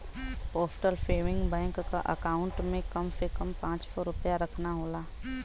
postal saving bank क account में कम से कम पांच सौ रूपया रखना होला